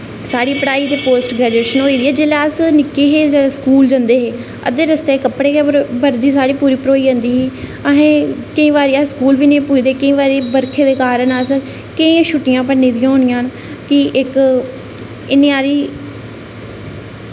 साढ़ी पढ़ाई ते पोस्ट ग्रेजूऐशन होई दी ऐ पर जेल्लै अस निक्के हे ते स्कूल जंदे हे ते अद्धे रस्ते च कपड़े गै बर्दी साढ़ी पूरी भरोई जंदी ही असें केईं बारी अस स्कूल बी नेईं पुज्जदे हे केईं बारी बरखै दे कारण अस केह् छुट्टियां भ'न्नी दियां होङन कि इक इन्नी हारी